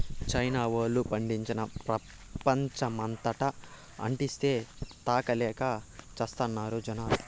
China వోల్లు పండించి, ప్రపంచమంతటా అంటిస్తే, తాగలేక చస్తున్నారు జనాలు